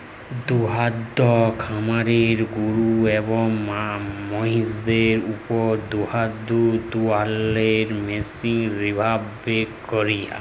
দুহুদ খামারে গরু এবং মহিষদের উপর দুহুদ দুয়ালোর মেশিল ব্যাভার ক্যরে